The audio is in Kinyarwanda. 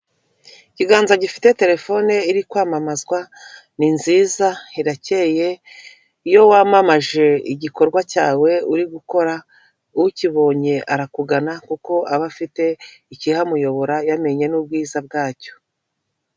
Ikiganza gifite telefone iri kwamamazwa ni nzizaza irakeye iyo wamamaje igikorwa cyawe uri gukora ukibonye arakugana kuko aba afite ikihamuyobora yamenye n'ubwiza bwacyo.